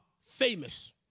famous